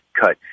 cut